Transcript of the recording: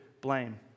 blame